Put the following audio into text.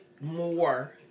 more